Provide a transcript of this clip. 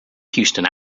houston